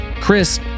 Chris